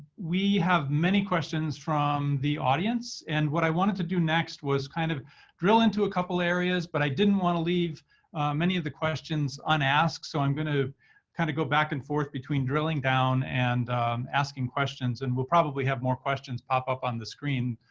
we have many questions from the audience. and what i wanted to do next was kind of drill into a couple areas. but i didn't want to leave many of the questions unasked, so i'm going to kind of go back and forth between drilling down and asking questions. and we'll probably have more questions pop up on the screen.